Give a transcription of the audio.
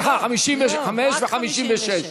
לא לא, רק 56. סליחה, 55 ו-56.